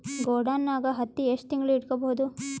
ಗೊಡಾನ ನಾಗ್ ಹತ್ತಿ ಎಷ್ಟು ತಿಂಗಳ ಇಟ್ಕೊ ಬಹುದು?